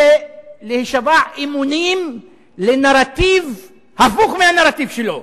להישבע אמונים לנרטיב הפוך מהנרטיב שלו,